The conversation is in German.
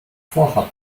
vorhat